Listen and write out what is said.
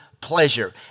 pleasure